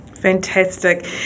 Fantastic